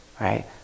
right